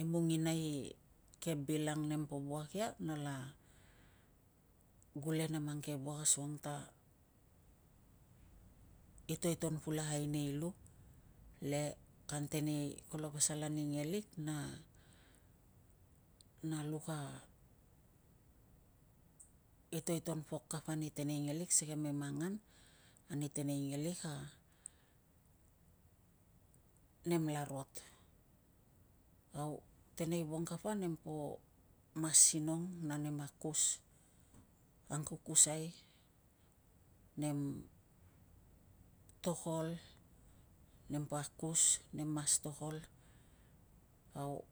Emungina i ke bilang nempo wuak ia nala gule na mang ke wuak asukang ta, itoion pulakai nei lu le kolo pasal ani ngelik na, na luk a itoiton pok kapa ni tenengelik si kamem angan ani tenei ngelik a nem la rot. Au teneivong kapa nempo mas sinong na nempo akus, angkukusai, nem tokol, nempo akus nem mas tokol au